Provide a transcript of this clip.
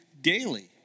daily